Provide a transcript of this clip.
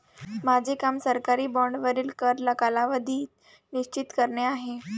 माझे काम सरकारी बाँडवरील कर कालावधी निश्चित करणे आहे